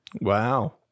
wow